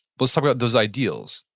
let's talk about those ideals.